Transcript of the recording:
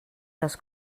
les